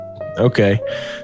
okay